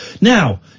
now